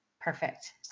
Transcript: Perfect